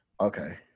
okay